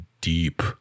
deep